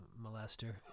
molester